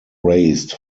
raised